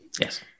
Yes